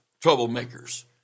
troublemakers